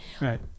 Right